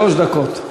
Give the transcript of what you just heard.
שלוש דקות.